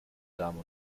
damen